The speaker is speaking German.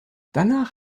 danach